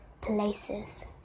places